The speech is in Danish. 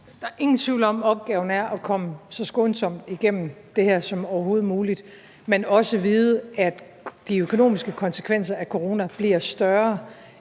Der er ingen tvivl om, at opgaven er at komme så skånsomt igennem det her som overhovedet muligt, men også at vide, at de økonomiske konsekvenser af corona bliver større